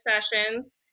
sessions